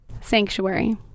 Sanctuary